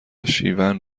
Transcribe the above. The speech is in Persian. شیون